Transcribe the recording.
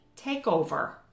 takeover